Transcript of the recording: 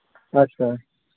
ᱟᱪᱪᱷᱟ